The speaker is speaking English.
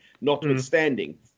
notwithstanding